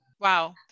Wow